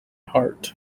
heart